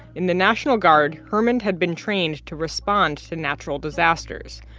in the national guard, hermond had been trained to respond to natural disasters.